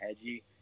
edgy